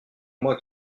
moi